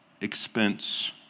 expense